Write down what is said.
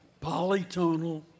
polytonal